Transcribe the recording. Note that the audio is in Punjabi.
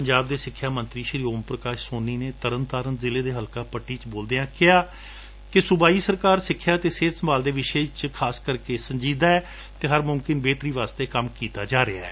ਪੰਜਾਬ ਦੇ ਸਿਖਿਆ ਮੰਤਰੀ ਓਮ ਪ੍ਰਕਾਸ਼ ਸੋਨੀ ਨੇ ਤਰਨਤਾਰਨ ਜ਼ਿਲ੍ਹੇ ਦੇ ਹਲਕਾ ਪੱਟੀ ਵਿਚ ਬੋਲਦਿਆ ਕਿਹਾ ਕਿ ਸੂਬਾਈ ਸਰਕਾਰ ਸਿਖਿਆ ਅਤੇ ਸਿਹਤ ਸੰਭਾਲ ਦੇ ਵਿਸ਼ੇ ਉਪਰ ਖਾਸ ਕਰਕੇ ਸੰਜੀਦਾ ਏ ਅਤੇ ਹੋਰ ਮੁਮਕਿਨ ਬੇਹਤਰੀ ਲਈ ਕੰਮ ਕੀਤਾ ਜਾ ਰਿਹੈ